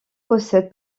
possède